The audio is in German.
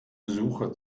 suche